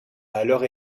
alors